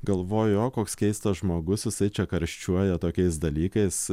galvojo o koks keistas žmogus jisai čia karščiuoja tokiais dalykais